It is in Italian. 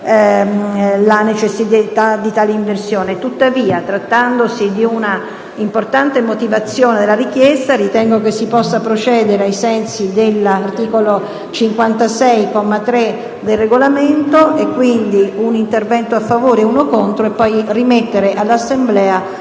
la necessità di tale inversione. Tuttavia, trattandosi di una importante motivazione della richiesta, ritengo si possa procedere ai sensi dell'articolo 56, comma 3, del Regolamento, quindi con l'intervento di un oratore a favore e uno contro, per poi rimettere all'Assemblea